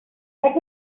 let